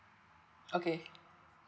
okay